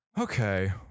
okay